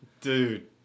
Dude